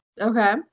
Okay